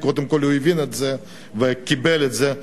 קודם כול הוא הבין וקיבל את זה,